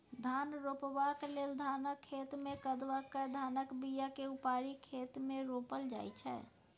धान रोपबाक लेल धानक खेतमे कदबा कए धानक बीयाकेँ उपारि खेत मे रोपल जाइ छै